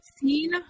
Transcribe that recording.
seen